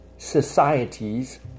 Societies